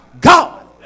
God